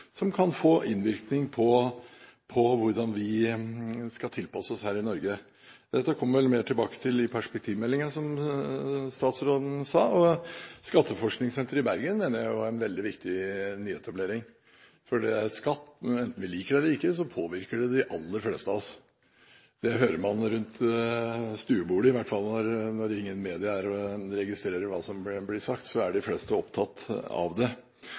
statsråden sa. Skatteforskningssenteret i Bergen er en veldig viktig nyetablering, for skatt – enten vi liker den eller ikke – påvirker de aller fleste av oss. Det hører man rundt stuebordet i hvert fall. Når ingen medier er der og registrerer hva som blir sagt, er de fleste opptatt av den. Så til representanten Aasland. Hans eksempel, Benteler Automotive, er ganske interessant, for det